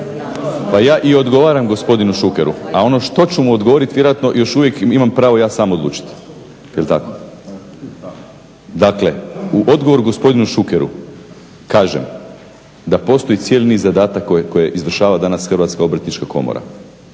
Pa ja i odgovaram gospodinu Šukeru, a ono što ću mu odgovoriti vjerojatno još uvijek imam pravo ja sam odlučiti jel' tako? Dakle, u odgovor gospodinu Šukeru kažem da postoji cijeli niz zadataka koje izvršava danas HOK. Za što